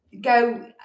go